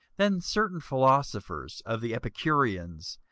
then certain philosophers of the epicureans,